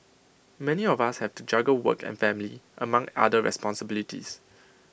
many of us have to juggle work and family among other responsibilities